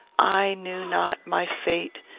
i knew not my fate,